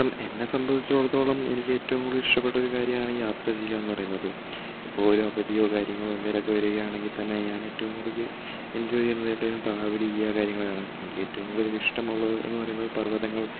ഇപ്പം എന്നെ സംബന്ധിച്ചിടത്തോളം എനിക്ക് ഏറ്റവും കൂടുതൽ ഇഷ്ടപ്പെട്ട ഒരു കാര്യമാണ് യാത്ര ചെയ്യുക എന്ന് പറയുന്നത് ഇപ്പോൾ ഒരു അവധിയോ കാര്യങ്ങളോ എന്തെങ്കിലുമൊക്കെ വരികയാണെങ്കിൽ തന്നെ ഞാൻ ഏറ്റവും കൂടുതൽ എൻജോയ് ചെയ്യുന്നത് എവിടെയും ട്രാവൽ ചെയ്യുക കാര്യങ്ങളാണ് എനിക്ക് ഏറ്റവും കൂടുതൽ ഇഷ്ടമുള്ളത് എന്ന് പറയുന്നത് പർവ്വതങ്ങൾ